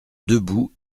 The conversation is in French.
debout